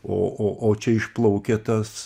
o o o čia išplaukia tas